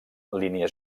línies